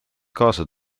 kaasa